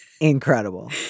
incredible